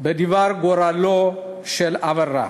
בדבר גורלו של אברה.